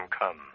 come